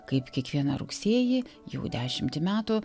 kaip kiekvieną rugsėjį jau dešimtį metų